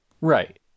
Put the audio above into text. Right